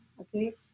Okay